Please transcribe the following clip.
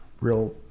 real